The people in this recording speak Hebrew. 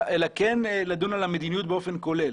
כן לדון במדיניות באופן כולל.